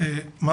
אותו.